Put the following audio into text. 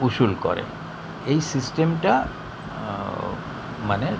উসুল করে এই সিস্টেমটা মানে